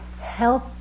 help